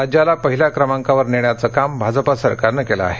राज्याला पहिल्या क्रमांकावर नेण्याचं काम भाजपा सरकारने केलं आहे